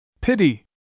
Pity